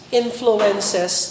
influences